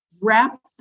wrap